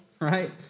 right